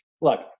look